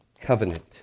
covenant